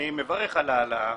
אני מברך על ההעלאה,